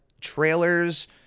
trailers